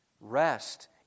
Rest